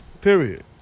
Period